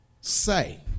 say